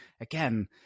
Again